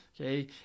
Okay